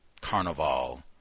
carnival